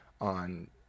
on